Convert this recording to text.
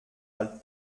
alt